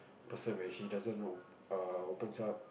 person where she doesn't know err opens up